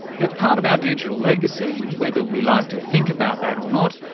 they're part of our digital legacy, whether we like to think about that or not,